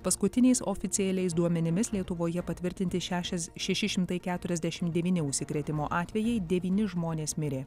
paskutiniais oficialiais duomenimis lietuvoje patvirtinti šešias šeši šimtai keturiasdešimt devyni užsikrėtimo atvejai devyni žmonės mirė